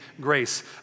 grace